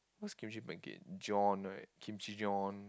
what's Kimchi pancake John right Kimchi Jon